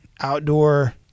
outdoor